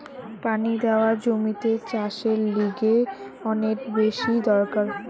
পানি দেওয়া জমিতে চাষের লিগে অনেক বেশি দরকার